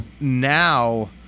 Now